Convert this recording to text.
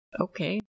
Okay